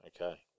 okay